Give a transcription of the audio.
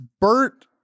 Bert